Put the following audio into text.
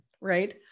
right